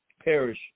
perish